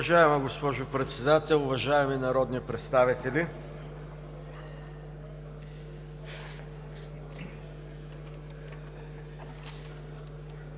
Уважаема госпожо Председател, уважаеми народни представители!